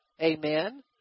Amen